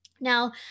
Now